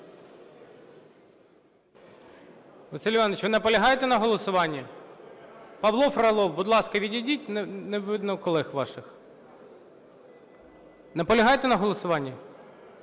Василь Іванович, ви наполягаєте на голосуванні? Павло Фролов, будь ласка, відійдіть, не видно колег ваших. Наполягаєте на голосуванні?